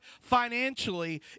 financially